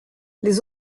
les